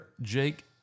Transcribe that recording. Jake